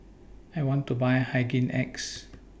I want to Buy Hygin X